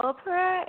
Opera